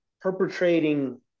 perpetrating